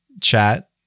chat